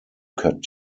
cut